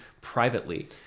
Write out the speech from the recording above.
privately